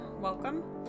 welcome